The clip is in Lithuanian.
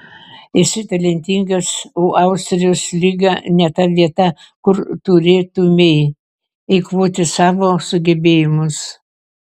esi talentingas o austrijos lyga ne ta vieta kur turėtumei eikvoti savo sugebėjimus